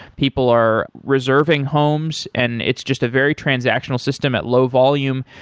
people are reserving homes and it's just a very transactional system at low volume,